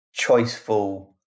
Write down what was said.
choiceful